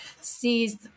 sees